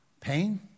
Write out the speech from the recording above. pain